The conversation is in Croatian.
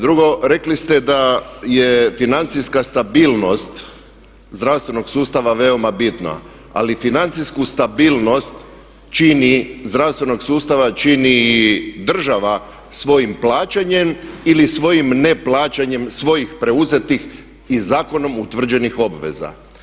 Drugo, rekli ste da je financijska stabilnost zdravstvenog sustava veoma bitna ali financijsku stabilnost čini, zdravstvenog sustava čini država svojim plaćanjem ili svojim ne plaćanjem svojih preuzetih i zakonom utvrđenih obveza.